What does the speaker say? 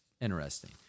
interesting